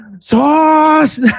Sauce